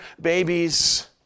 babies